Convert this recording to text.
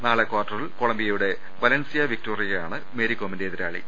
നാളെ കാർട്ടറിൽ കൊളംബിയയുടെ വലൻസിയ വിക്ടോറിയ ആണ് മേരി കോമിന്റെ എതിരാളി